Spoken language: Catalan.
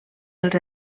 els